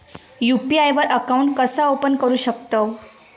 UPI वर account कसा open करू शकतव?